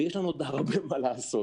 ויש לנו עוד הרבה מה לעשות.